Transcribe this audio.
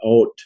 out